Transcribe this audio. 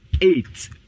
eight